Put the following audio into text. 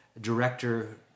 director